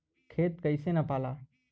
खेत कैसे नपाला?